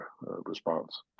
response